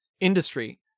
Industry